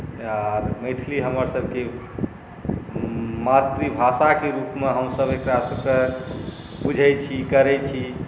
आ मैथिली हमरसभके मातृभाषाके रूपमे हमसभ एकरासभकेँ बुझैत छी करैत छी